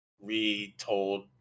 retold